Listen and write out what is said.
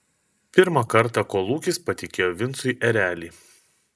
pirmą kartą kolūkis patikėjo vincui erelį